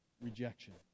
rejection